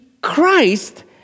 Christ